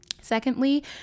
secondly